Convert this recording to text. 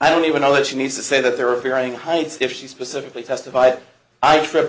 i don't even know if you need to say that there are varying heights if she specifically testified i tripped